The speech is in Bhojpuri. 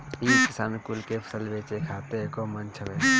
इ किसान कुल के फसल बेचे खातिर एगो मंच हवे